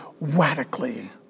radically